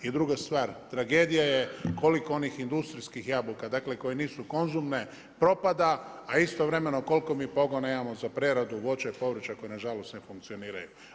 I druga stvar, tragedija je koliko onih industrijskih jabuka koje nisu konzumne propada, a istovremeno koliko mi pogona imamo za preradu voća i povrća koje nažalost ne funkcioniraju.